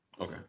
Okay